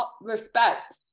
respect